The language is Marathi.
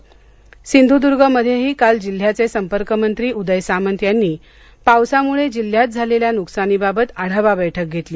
सामंत सिंधर्ल्य सिंधूद्र्गमध्येही काल जिल्ह्याचे संपर्कमंत्री उदय सामंत यांनी पावसामुळे जिल्ह्यात झालेल्या नुकसानीबाबत आढावा बैठक घेतली